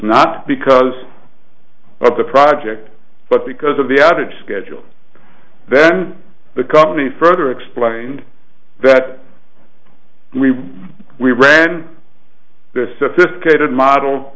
not because of the project but because of the added schedule then the company further explained that we we ran the sophisticated model